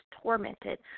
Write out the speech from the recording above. tormented